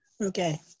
Okay